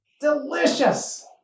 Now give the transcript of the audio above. Delicious